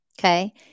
okay